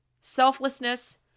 selflessness